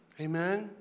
amen